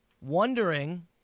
wondering